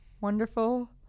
wonderful